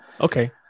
okay